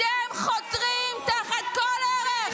אתם חותרים תחת כל ערך.